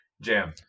jam